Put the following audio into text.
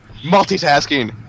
Multitasking